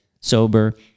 sober